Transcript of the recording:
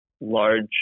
large